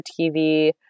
TV